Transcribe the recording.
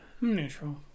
Neutral